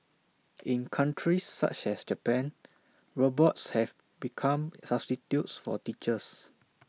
in countries such as Japan robots have become substitutes for teachers